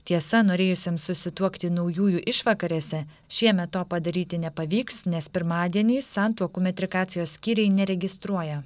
tiesa norėjusiems susituokti naujųjų išvakarėse šiemet to padaryti nepavyks nes pirmadieniais santuokų metrikacijos skyriai neregistruoja